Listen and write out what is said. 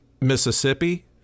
Mississippi